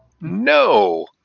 no